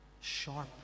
Sharp